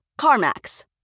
CarMax